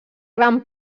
gran